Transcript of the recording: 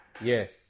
Yes